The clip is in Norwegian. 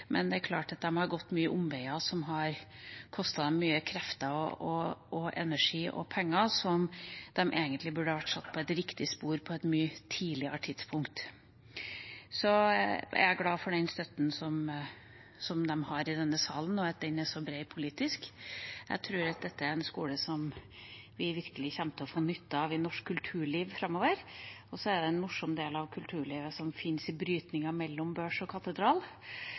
men det er klart at de har gått mange omveier som har kostet dem mye krefter, energi og penger, der de egentlig burde vært satt på et riktig spor på et mye tidligere tidspunkt. Jeg er glad for den støtten de har i denne salen, og at den er så bred politisk. Jeg tror at dette er en skole som vi virkelig kommer til å få nytte av i norsk kulturliv framover. Så er det en morsom del av kulturlivet som finnes i brytningen mellom børs og katedral,